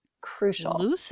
crucial